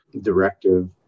directive